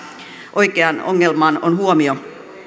oikeaan ongelmaan on huomio